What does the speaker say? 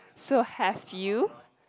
so have you